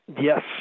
yes